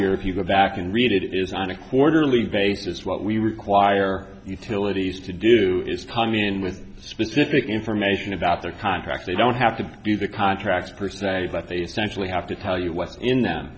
ar if you go back and read it is on a quarterly basis what we require utilities to do is time in with specific information about their contract they don't have to do the contract person but they actually have to tell you what's in them